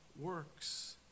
works